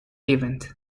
event